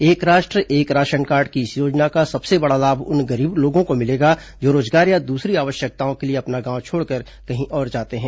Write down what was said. एक राष्ट्र एक राशनकार्ड की इस योजना का सबसे बड़ा लाभ उन गरीब लोगों को मिलेगा जो रोजगार या दूसरी आवश्यकताओं के लिए अपना गांव छोड़कर कहीं और जाते हैं